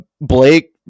Blake